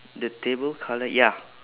the table colour ya